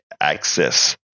access